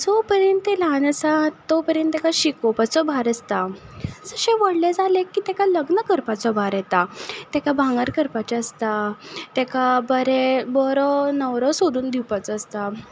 जे पर्यंत तें ल्हान आसता तो पर्यंत ताका शिकोवपाचो भार आसता जशें व्हडलें जालें की ताका लग्न करपाचो भार येता ताका भांगर करपाचें आसता ताका बरें बरो न्हवरो सोदून दिवपाचो आसता